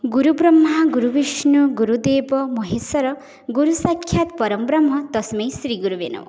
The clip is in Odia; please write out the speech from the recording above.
ଗୁରୁ ବ୍ରହ୍ମା ଗୁରୁ ବିଷ୍ଣୁ ଗୁରୁ ଦେବ ମହେଶ୍ୱର ଗୁରୁ ସାକ୍ଷାତ ପରଂବ୍ରହ୍ମ ତସ୍ମୈଇ ଶ୍ରୀ ଗୁରବେ ନମଃ